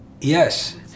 yes